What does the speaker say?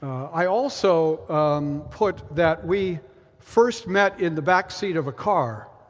i also put that we first met in the backseat of a car